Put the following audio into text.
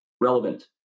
relevant